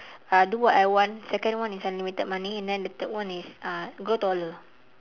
uh do what I want second one is unlimited money and then the third one is uh grow taller